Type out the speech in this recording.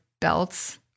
belts